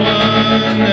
one